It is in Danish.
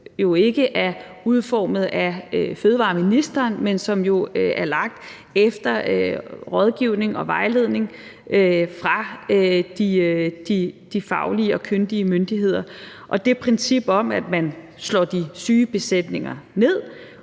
for fødevarer, fiskeri og ligestilling, men som er lagt efter rådgivning og vejledning fra de faglige og kyndige myndigheder. Det princip om, at man slår de syge besætninger ned,